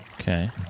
Okay